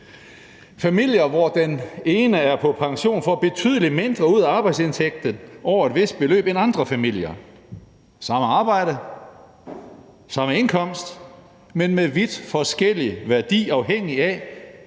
Familier, hvor den ene er på pension, får betydelig mindre ud af arbejdsindtægten over et vist beløb end andre familier. Samme arbejde, samme indkomst, men med vidt forskellig værdi, afhængig af